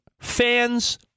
fans